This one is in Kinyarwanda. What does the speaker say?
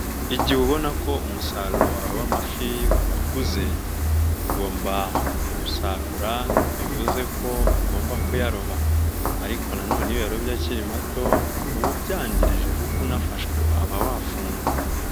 Igihe ubona ko umusaruro wawe w'amafi wakuze ugomba kuwusarura bivuze ko ugomba kuyaroba ariko na none iyo uyarobye akiri mato uba ubyangirije kuko unafashwe waba wafungwa.